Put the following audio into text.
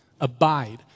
Abide